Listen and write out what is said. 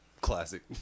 Classic